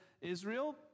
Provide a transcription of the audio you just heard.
Israel